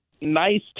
nice